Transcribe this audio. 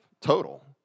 total